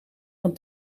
dan